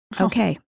Okay